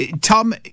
Tom